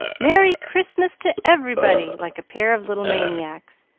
merry christmas to everybody! like a pair of little maniacs.